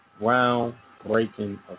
groundbreaking